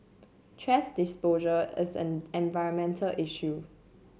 thrash disposal is an environmental issue